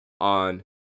on